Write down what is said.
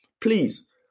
Please